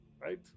right